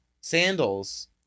Sandals